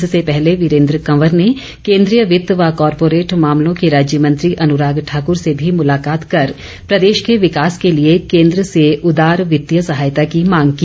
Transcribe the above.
इससे पहले वीरेन्द्र कंवर ने केन्द्रीय वित्त व कॉरपोरेट मामलों के राज्य मंत्री अनुराग ठाकर से भी मुलाकांत कर प्रदेश के विकास के लिए कोन्द्र से उदार वित्तीय सहायता की मांग की